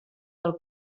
del